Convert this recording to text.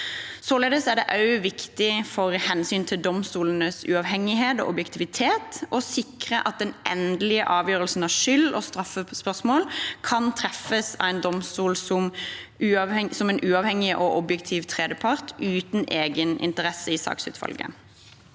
Således er det viktig også av hensynet til domstolenes uavhengighet og objektivitet og sikrer at den endelige avgjørelsen av skyld- og straffespørsmål kan treffes av en domstol som uavhengig og objektiv tredjepart, uten egeninteresse i saksutfallet.